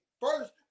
first